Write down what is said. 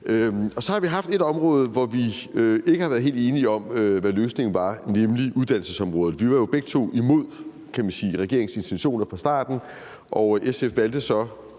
Så har vi haft et område, hvor vi ikke har været helt enige om, hvad løsningen var, nemlig uddannelsesområdet. Vi var jo begge to imod, kan man sige, regeringens intentioner fra starten, og SF valgte så